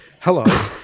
Hello